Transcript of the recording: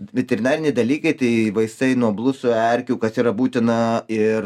veterinariniai dalykai tai vaistai nuo blusų erkių kas yra būtina ir